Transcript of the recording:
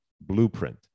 blueprint